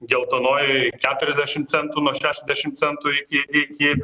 geltonojoj keturiasdešim centų nuo šešiasdešim centų iki iki